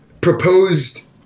proposed